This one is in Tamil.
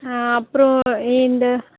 ஆ அப்றம் இந்த